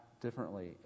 differently